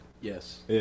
Yes